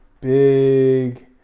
big